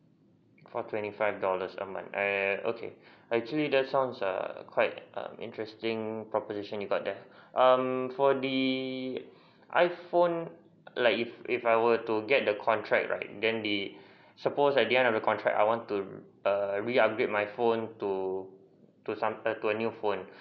for twenty five dollars a month and okay actually that's sounds err quite err interesting publishing you got there um for the iphone like if if I want to get the contract right then the suppose at the end of the contract I want to err reupgrade my phone to to some err to a new phone